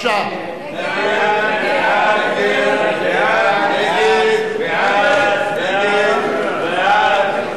הודעת ראש הממשלה